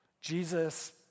Jesus